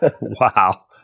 Wow